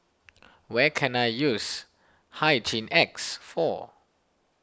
where can I use Hygin X for